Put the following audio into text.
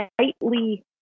slightly